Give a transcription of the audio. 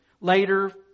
Later